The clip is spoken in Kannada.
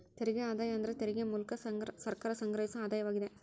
ತೆರಿಗೆ ಆದಾಯ ಅಂದ್ರ ತೆರಿಗೆ ಮೂಲ್ಕ ಸರ್ಕಾರ ಸಂಗ್ರಹಿಸೊ ಆದಾಯವಾಗಿದೆ